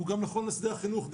והוא גם נכון לשדה החינוך.